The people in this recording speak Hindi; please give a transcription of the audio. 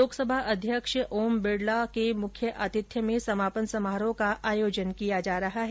लोकसभा अध्यक्ष ओम बिडला मुख्य आतिथ्य में समापन समारोह का आयोजन किया जा रहा है